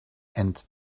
and